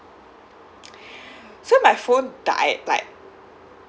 so my phone died like